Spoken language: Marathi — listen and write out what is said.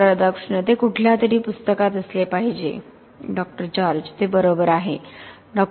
राधाकृष्ण ते कुठल्यातरी पुस्तकात असले पाहिजे डॉ जॉर्ज ते बरोबर आहे डॉ